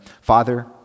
Father